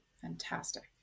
Fantastic